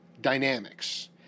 dynamics